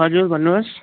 हजुर भन्नुहोस्